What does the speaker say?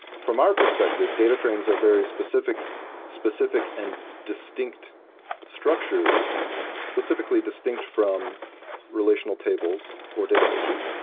from our perspectives, data frames are very specific specific and distinct structures specifically distinct from relational tables, or databases,